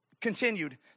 continued